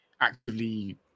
Actively